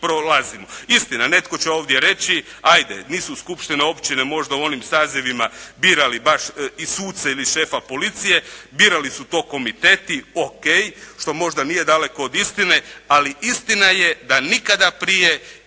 prolazimo. Istina, netko će ovdje reći, hajde nisu skupštine općina možda u onim sazivima birali baš i suce ili šefa policije. Birali su to komiteti. O.k. što možda nije daleko od istine, ali istina je da nikada prije